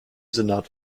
senat